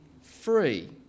free